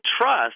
trust